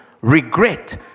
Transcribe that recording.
regret